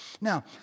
Now